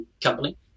company